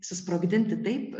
susprogdinti taip